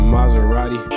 Maserati